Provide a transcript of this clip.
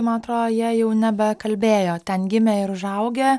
mantrodo jie jau nebekalbėjo ten gimę ir užaugę